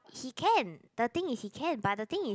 he can the thing is he can but the thing is